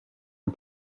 and